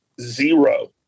Zero